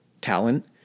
talent